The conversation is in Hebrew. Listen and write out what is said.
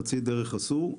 חצי דרך עשו.